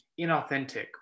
inauthentic